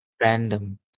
Random